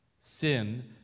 Sin